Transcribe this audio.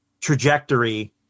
trajectory